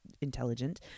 intelligent